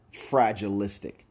fragilistic